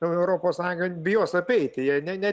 europos sąjunga bijos apeiti jei ne ne